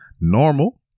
normal